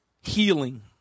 healing